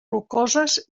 rocoses